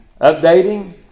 updating